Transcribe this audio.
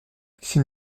s’il